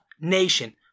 nation